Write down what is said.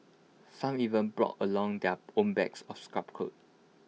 some even brought along their own bags of scrap cloth